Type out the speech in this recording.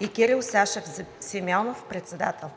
и Кирил Сашев Симеонов – председател.